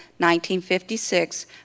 1956